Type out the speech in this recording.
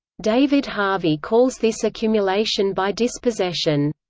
david harvey calls this accumulation by dispossession.